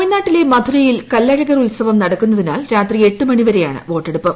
തമിഴ്നാട്ടിലെ മധുരയിൽ കല്ലഴകർ ഉത്സവം നടക്കുന്നതിനാൽ രാത്രി എട്ട് മീണി വരെയാണ് വോട്ടെടുപ്പ്